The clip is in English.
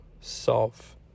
solve